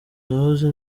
nahoze